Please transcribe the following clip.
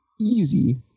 Easy